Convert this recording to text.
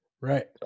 Right